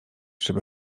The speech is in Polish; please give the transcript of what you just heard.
żeby